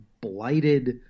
blighted